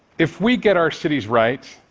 if we get our cities right,